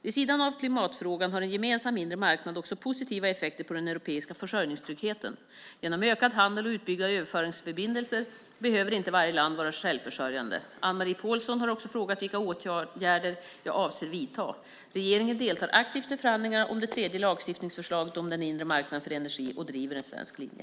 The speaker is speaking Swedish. Vid sidan om klimatfrågan har en gemensam inre marknad också positiva effekter på den europiska försörjningstryggheten. Genom ökad handel och utbyggda överföringsförbindelser behöver inte varje land vara självförsörjande. Anne-Marie Pålsson har också frågat vilka åtgärder jag avser att vidta. Regeringen deltar aktivt i förhandlingarna om det tredje lagstiftningsförslaget om den inre marknaden för energi och driver en svensk linje.